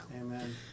Amen